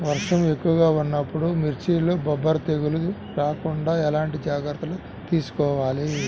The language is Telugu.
వర్షం ఎక్కువగా ఉన్నప్పుడు మిర్చిలో బొబ్బర తెగులు రాకుండా ఎలాంటి జాగ్రత్తలు తీసుకోవాలి?